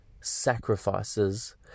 sacrifices